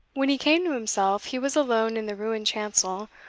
when he came to himself, he was alone in the ruined chancel,